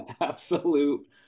Absolute